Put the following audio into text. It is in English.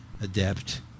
adept